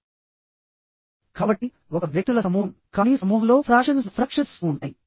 కాబట్టి ఒక వ్యక్తుల సమూహం కానీ సమూహంలో ఫ్రాక్షన్స్ ఉంటాయి